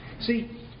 See